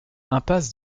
impasse